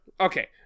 Okay